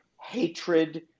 hatred